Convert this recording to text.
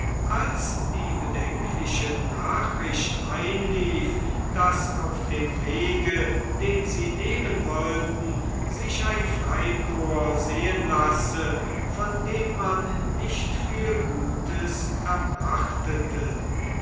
als die bedenkliche nachricht einlief daß auf dem wege den sie nehmen wollten sich ein freikorps sehen lasse von dem man nicht viel gutes erwartete